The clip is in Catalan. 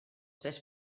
tres